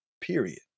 period